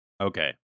Okay